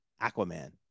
Aquaman